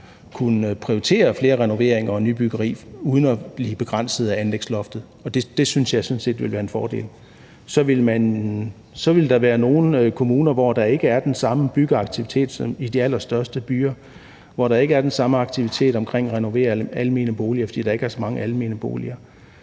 kunne prioritere flere renoveringer og nybyggeri uden at blive begrænset af anlægsloftet. Det synes jeg sådan set ville være en fordel. Så ville der være nogle kommuner, hvor der ikke er den samme byggeaktivitet som i de allerstørste byer, hvor der ikke er den samme aktivitet omkring renovering af almene boliger, fordi der ikke er så mange almene boliger.